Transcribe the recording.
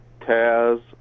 Taz